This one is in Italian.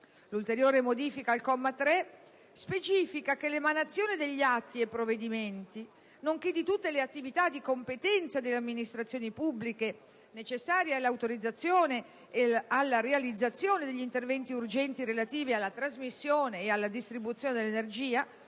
L'ulteriore modifica al comma 3 specifica che l'emanazione degli atti e provvedimenti, nonché di tutte le attività di competenza delle amministrazioni pubbliche necessarie all'autorizzazione e alla realizzazione degli interventi urgenti relativi alla trasmissione e alla distribuzione dell'energia,